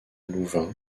louvain